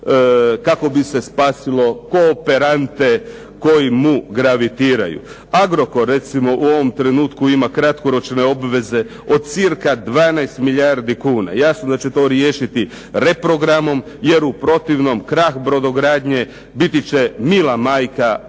kako bi se spasilo kooperante koji mu gravitiraju. "Agrokor" recimo u ovom trenutku ima kratkoročne obveze od cirka 12 milijardi kuna. Jasno da će to riješiti reprogramom, jer u protivnom krah brodogradnje biti će mila majka prema